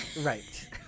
Right